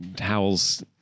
Howells